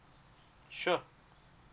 sure